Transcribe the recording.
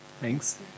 Thanks